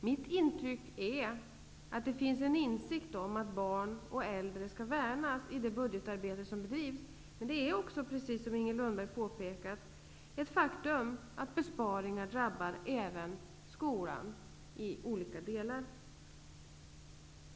Mitt intryck är att det finns en insikt om att barn och äldre skall värnas i det budgetarbete som bedrivs. Men det är också, precis som Inger Lundberg påpekar, ett faktum att besparingar även drabbar skolan i olika delar.